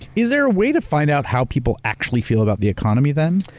is there a way to find out how people actually feel about the economy then?